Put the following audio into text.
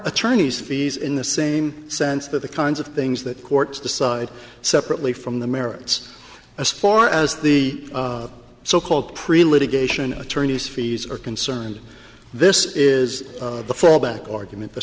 attorneys fees in the same sense that the kinds of things that courts decide separately from the merits as far as the so called pre litigation attorneys fees are concerned this is the fallback